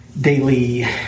daily